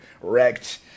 wrecked